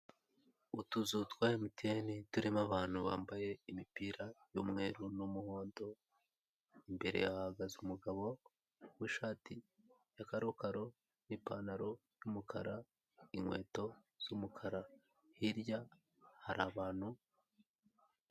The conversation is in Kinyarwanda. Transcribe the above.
Utuzu twa emutiyeni turimo abantu bambaye imipira y'umweru n'umuhondo, imbere hahagaze umugabo wambaye ishati ya karokaro, ipantaro y'umukara inkweto z'umukara, hirya hari abantu.